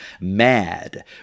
MAD